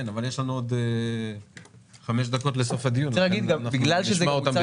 אני רוצה להבין מה